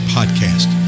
Podcast